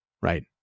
right